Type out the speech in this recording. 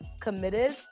committed